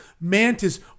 Mantis